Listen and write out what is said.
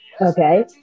Okay